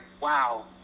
wow